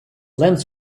lens